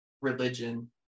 religion